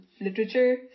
literature